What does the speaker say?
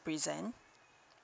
represent